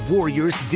Warriors